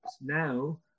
now